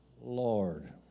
Lord